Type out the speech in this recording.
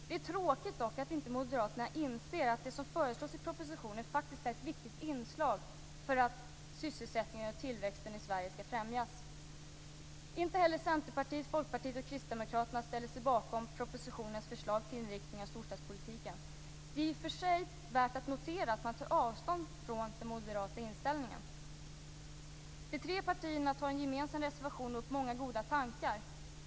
Det är dock tråkigt att Moderaterna inte inser att det som föreslås i propositionen faktiskt är ett viktigt inslag för att sysselsättningen och tillväxten i Sverige skall främjas. Inte heller Centerpartiet, Folkpartiet och Kristdemokraterna ställer sig bakom propositionens förslag till inriktning av storstadspolitiken. Det är i och för sig värt att notera att de tar avstånd från den moderata inställningen. De tre partierna tar i en gemensam reservation upp många goda tankar.